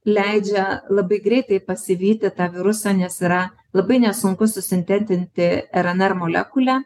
leidžia labai greitai pasivyti tą virusą nes yra labai nesunku susintetinti rnr molekulę